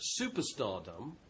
superstardom